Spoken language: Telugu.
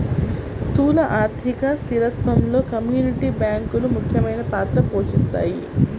స్థూల ఆర్థిక స్థిరత్వంలో కమ్యూనిటీ బ్యాంకులు ముఖ్యమైన పాత్ర పోషిస్తాయి